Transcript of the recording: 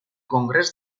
congrés